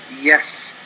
yes